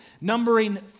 numbering